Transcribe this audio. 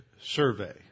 survey